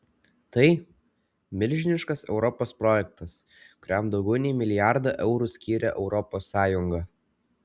tai milžiniškas europos projektas kuriam daugiau nei milijardą eurų skyrė europos sąjunga